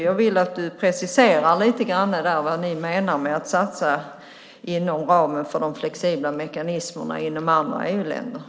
Jag vill att du preciserar lite grann vad ni menar med att satsa inom ramen för de flexibla mekanismerna inom andra EU-länder.